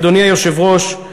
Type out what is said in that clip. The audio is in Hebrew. אדוני היושב-ראש,